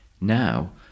Now